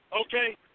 okay